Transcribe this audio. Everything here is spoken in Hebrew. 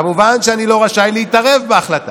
כמובן שאני לא רשאי להתערב בהחלטה,